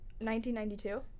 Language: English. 1992